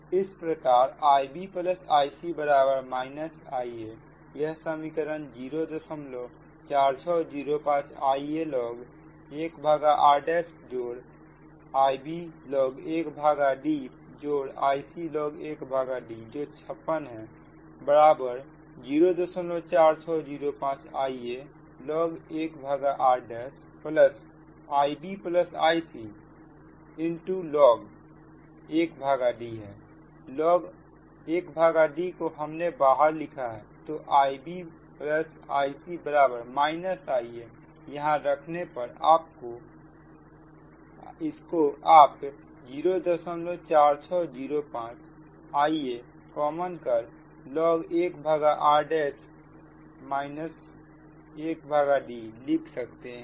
इस प्रकार IbIc Iaयह समीकरण 04605 Ialog 1rIblog1DIclog 1D जो 56 है बराबर 04605 Ialog 1rIbIclog 1D है log1D को हमने बाहर लिखा है तो IbIc Ia यहां रखने पर इसको आप 04605 Iaकॉमन कर log1r'माइनस 1D लिख सकते हैं